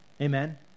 Amen